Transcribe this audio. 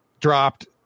dropped